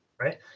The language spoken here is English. right